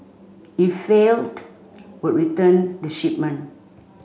if failed would return the shipment